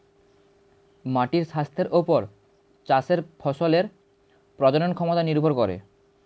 মাটির স্বাস্থ্যের ওপর চাষের ফসলের প্রজনন ক্ষমতা নির্ভর করে